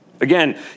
Again